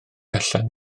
allan